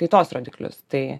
kaitos rodiklius tai